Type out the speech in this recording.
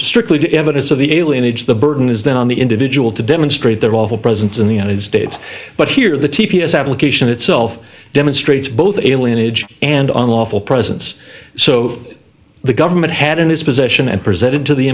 strictly the evidence of the alien age the burden is then on the individual to demonstrate their lawful presence in the united states but here the t p s application itself demonstrates both alien age and unlawful presence so the government had in his possession and presented to the